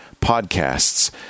podcasts